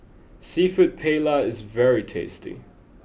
Seafood Paella is very tasty